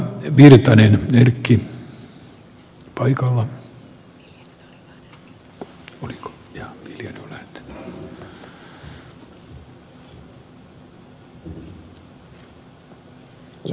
rantakankaan että ed